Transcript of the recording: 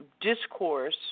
discourse